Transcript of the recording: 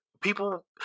people